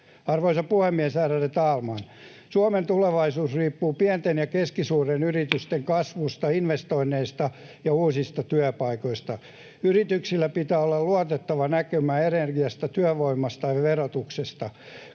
Arvoisa puhemies, ärade talman! Suomen tulevaisuus riippuu pienten ja keskisuurten yritysten kasvusta, investoinneista ja uusista työpaikoista. Yrityksillä pitää olla luotettava näkymä energiasta, työvoimasta ja verotuksesta.